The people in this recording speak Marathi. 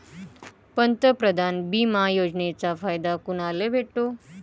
पंतप्रधान बिमा योजनेचा फायदा कुनाले भेटतो?